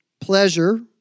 Pleasure